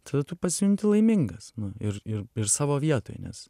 tada tu pasijunti laimingas ir ir savo vietoj nes